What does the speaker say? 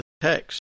text